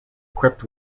equipped